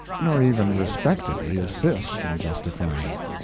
nor even respectably assist in justifying.